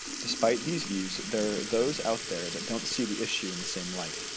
despite these views, there are those out there that don't see the issue in the same light.